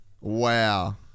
Wow